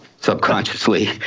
subconsciously